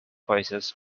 voices